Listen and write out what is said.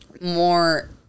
more